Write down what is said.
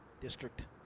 district